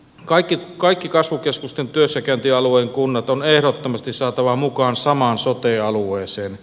toiseksi kaikki kasvukeskusten työssäkäyntialueen kunnat on ehdottomasti saatava mukaan samaan sote alueeseen